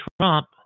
Trump